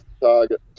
Target